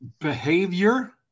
behavior